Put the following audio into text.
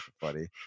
funny